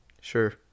Sure